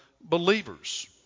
believers